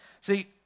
See